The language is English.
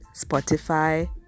Spotify